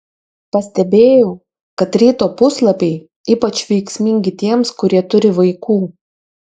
pastebėjau kad ryto puslapiai ypač veiksmingi tiems kurie turi vaikų